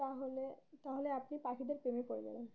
তাহলে তাহলে আপনি পাখিদের প্রেমে পড়ে যাবেন